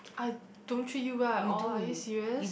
I don't treat you well at all are you serious